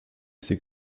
ses